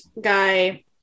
guy